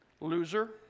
Loser